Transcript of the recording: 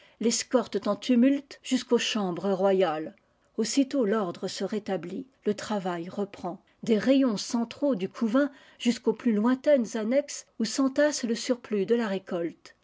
l'escortent en tumu jusqu'aux chambres royales aussitôt l'ordre se rétablit le travail reprend aes rayons centraux du couvain jusqu'aux plus lointaines annexes où s'entasse le surplus de la récolte